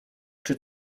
czy